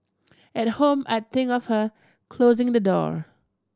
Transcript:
at home I'd think of her closing the door